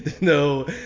no